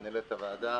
מנהלת הוועדה,